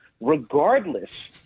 regardless